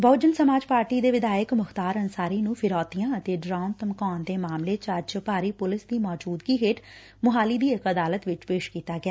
Bahujan Samaj party ਦੇ ਵਿਧਾਇਕ ਮੁਖ਼ਤਾਰ ਅੰਸਾਰੀ ਨੂੰ ਫਿਰੋਤੀਆਂ ਅਤੇ ਡਰਾਉਣ ਧਮਕਾਉਣ ਦੇ ਮਾਮਲੇ ਚ ਅੱਜ ਭਾਰੀ ਪੁਲਿਸ ਦੀ ਮੌਜੂਦਗੀ ਹੇਠ ਮੁਹਾਲੀ ਦੀ ਇਕ ਅਦਾਲਤ ਵਿਚ ਪੇਸ਼ ਕੀਤਾ ਗਿਆ